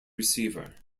receiver